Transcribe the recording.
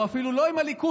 או אפילו לא עם הליכוד,